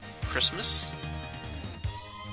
Christmas